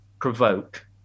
provoke